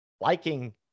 liking